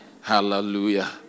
Hallelujah